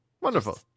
wonderful